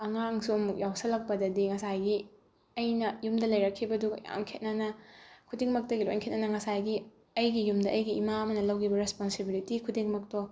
ꯑꯉꯥꯡꯁꯨ ꯑꯃꯨꯛ ꯌꯥꯎꯁꯤꯜꯂꯛꯄꯗꯗꯤ ꯉꯁꯥꯏꯒꯤ ꯑꯩꯅ ꯌꯨꯝꯗ ꯂꯩꯔꯛꯈꯤꯕꯗꯨꯒ ꯌꯥꯝ ꯈꯦꯠꯅꯅ ꯈꯨꯗꯤꯡꯃꯛꯇꯒꯤ ꯂꯣꯏ ꯈꯦꯠꯅꯅ ꯉꯁꯥꯏꯒꯤ ꯑꯩꯒꯤ ꯌꯨꯝꯗ ꯑꯩꯒꯤ ꯏꯃꯥ ꯑꯃꯅ ꯂꯧꯈꯤꯕ ꯔꯦꯁꯄꯣꯟꯁꯤꯕꯤꯂꯤ ꯈꯨꯗꯤꯡꯃꯛꯇꯣ